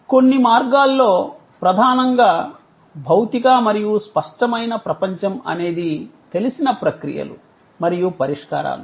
కొన్ని మార్గాల్లో ప్రధానంగా భౌతిక మరియు స్పష్టమైన ప్రపంచం అనేది తెలిసిన ప్రక్రియలు మరియు పరిష్కారాలు